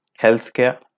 healthcare